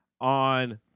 on